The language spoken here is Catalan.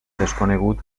desconegut